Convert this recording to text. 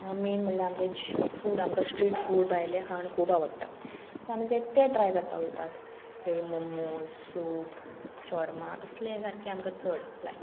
main म्हणल्यार आमचे food आमकां स्ट्रीट फूड भायलें खाण खूब आवडटा सो आमी ते ते ट्राय करपा वयतात मोमोज सूप शौर्मा तसले सारके आमकां चड लायक